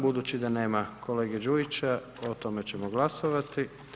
Budući da nema kolege Đujića, o tome ćemo glasovati.